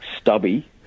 stubby